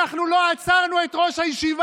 אנחנו לא עצרנו את ראש הישיבה,